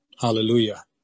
Hallelujah